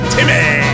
Timmy